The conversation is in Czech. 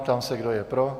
Ptám se, kdo je pro.